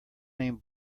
name